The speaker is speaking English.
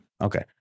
Okay